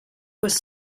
was